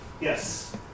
Yes